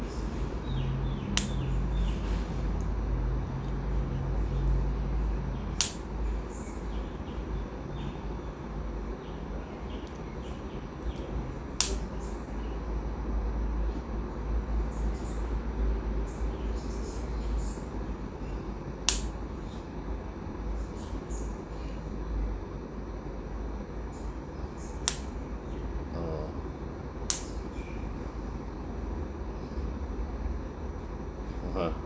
orh (uh huh)